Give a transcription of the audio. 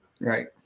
Right